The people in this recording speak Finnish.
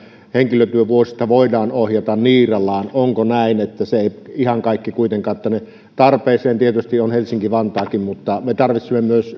henkilötyövuosista voidaan ohjata niiralaan onko näin että ei ihan kaikki kuitenkaan tule tänne tarpeessa tietysti on helsinki vantaakin mutta me tarvitsemme resurssia myös